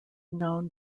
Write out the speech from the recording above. known